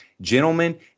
gentlemen